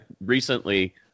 recently